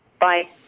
Bye